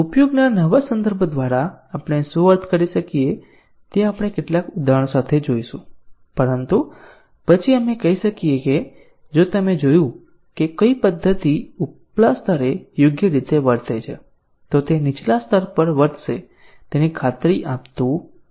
ઉપયોગના નવા સંદર્ભ દ્વારા આપણે શું અર્થ કરીએ છીએ તે આપણે કેટલાક ઉદાહરણો સાથે જોશું પરંતુ પછી આપણે કહી શકીએ કે જો તમે જોયું કે કોઈ પદ્ધતિ ઉપલા સ્તરે યોગ્ય રીતે વર્તે છે તો તે નીચલા સ્તર પર વર્તશે તેની ખાતરી આપતું નથી